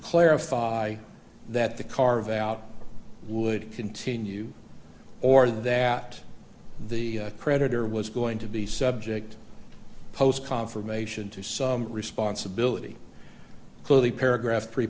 clarify that the carve out would continue or that the creditor was going to be subject post confirmation to some responsibility clearly paragraph three